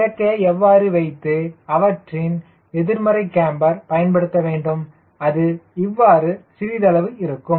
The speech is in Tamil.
இறக்கையை இவ்வாறு வைத்து அவற்றின் எதிர்மறை கேம்பர் பயன்படுத்த வேண்டும் அது இவ்வாறு சிறிதளவு இருக்கும்